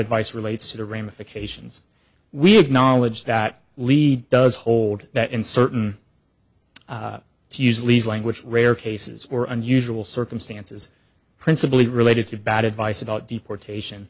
advice relates to the ramifications we acknowledge that lead does hold that in certain to use leads language rare cases or unusual circumstances principally related to bad advice about deportation